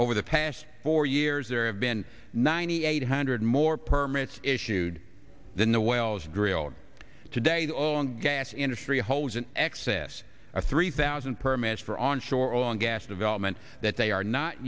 over the past four years there have been ninety eight hundred more permits issued than the wells drilled today and gas industry holds in excess of three thousand permits for on shore oil and gas development that they are not